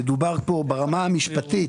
ודובר כאן ברמה המשפטית